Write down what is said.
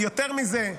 יותר מזה,